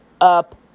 up